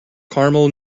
caramel